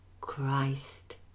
Christ